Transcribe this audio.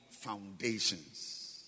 foundations